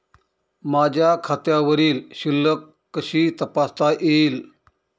माझ्या खात्यावरील शिल्लक कशी तपासता येईल?